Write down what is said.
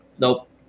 Nope